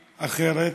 אחרת?